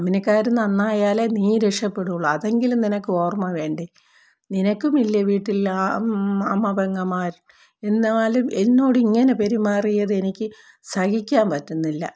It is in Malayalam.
കമ്പനിക്കാർ നന്നായാൽ നീ രക്ഷപ്പെടുകയുള്ളൂ അതെങ്കിലും നിനക്ക് ഓർമ്മ വേണ്ടേ നിനക്കുമില്ലേ വീട്ടിൽ അമ്മ അമ്മ പെങ്ങന്മാർ എന്നാലും എന്നോടിങ്ങനെ പെരുമാറിയതെനിക്കു സഹിക്കാൻ പറ്റുന്നില്ല